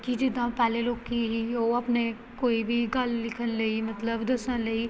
ਕਿ ਜਿੱਦਾਂ ਪਹਿਲਾਂ ਲੋਕ ਸੀ ਉਹ ਆਪਣੇ ਕੋਈ ਵੀ ਗੱਲ ਲਿਖਣ ਲਈ ਮਤਲਬ ਦੱਸਣ ਲਈ